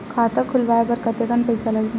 खाता खुलवाय बर कतेकन पईसा लगही?